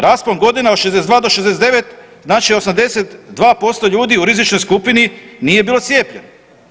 Raspon godina od 62 do 69 znači 82% ljudi u rizičnoj skupini nije bilo cijepljeno.